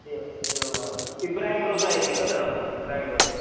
एव एवं वा इब्राहिम् रोजा इति खलु इब्राहिम् रोजा